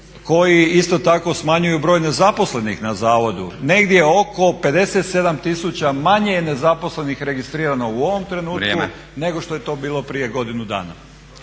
koji isto tako smanjuju broj nezaposlenih na zavodu, negdje oko 57 000 manje je nezaposlenih registrirano u ovom trenutku nego što je to bilo prije godinu dana.